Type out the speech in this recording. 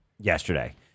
yesterday